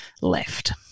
left